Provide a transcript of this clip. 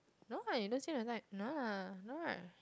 no lah you don't seem the type no lah no right